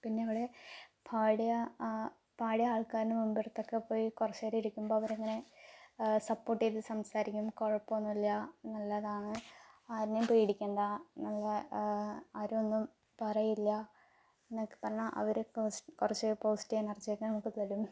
പിന്നെ ഇവിടെ പാടിയ പാടിയ ആള്ക്കാരുടെ മുമ്പറത്തൊക്കെ പോയി കുറച്ചുനേരം ഇരിക്കുമ്പം അവർ അങ്ങനെ സപ്പോര്ട്ട് ചെയ്തു സംസാരിക്കും കുഴപ്പമൊന്നുമില്ല നല്ലതാണ് ആരിനേം പേടിക്കണ്ട ആരും ഒന്നും പറയില്ല എന്നൊക്കെ പറഞ്ഞ് അവർ കുറച്ചു പോസിറ്റീവ് എനര്ജി ഒക്കെ നമ്മൾക്ക് തരും